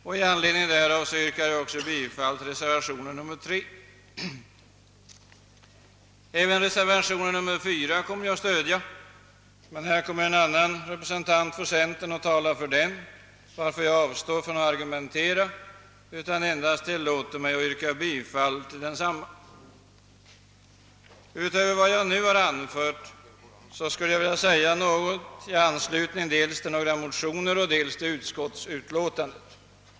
Jag ber därför att få yrka bifall till reservationen 3. Jag kommer också att stödja reservationen 4. En annan representant för centerpartiet kommer emellertid att tala för den, varför jag avstår från att Utöver vad jag nu har anfört skulle jag vilja säga några ord i anslutning dels till vissa motioner, dels till utskottsutlåtandet.